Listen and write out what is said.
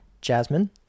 Jasmine